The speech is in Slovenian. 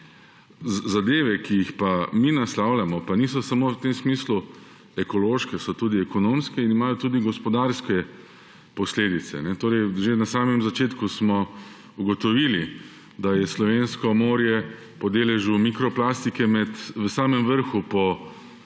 Zadeve, ki jih pa mi naslavljamo, pa niso samo v tem smislu ekološke, so tudi ekonomske in imajo tudi gospodarske posledice. Torej že na samem začetku smo ugotovili, da je slovensko morje po deležu mikroplastike v samem vrhu po